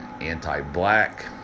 anti-black